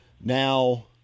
Now